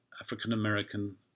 African-American